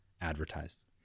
advertised